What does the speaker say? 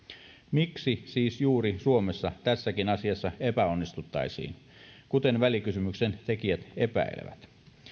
miksi siis juuri suomessa tässäkin asiassa epäonnistuttaisiin kuten välikysymyksen tekijät epäilevät